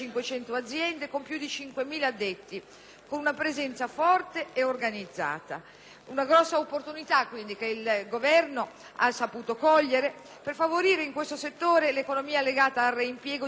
una grande opportunità che il Governo ha saputo cogliere per favorire in questo settore l'economia legata al reimpiego di tali materiali, con il conseguente mantenimento - e noi ci auguriamo anche l'aumento